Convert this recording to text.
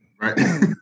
right